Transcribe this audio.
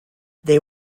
they